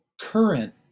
current